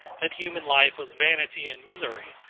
that human life was vanity and misery,